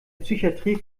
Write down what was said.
psychatrie